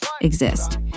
exist